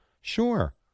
Sure